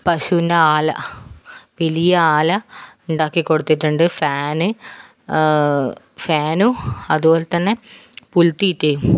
പശുൻ്റെ ആല വെലിയാല ഉണ്ടാക്കിക്കൊടുത്തിട്ടുണ്ട് ഫാൻ ഫാനും അതുപോലെത്തന്നെ പുൽ തീറ്റയും